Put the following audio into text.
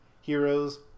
heroes